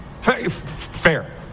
Fair